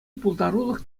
пултарулӑх